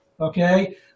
Okay